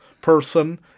person